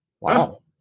Wow